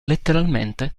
letteralmente